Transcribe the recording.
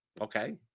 okay